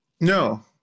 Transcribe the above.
No